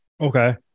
Okay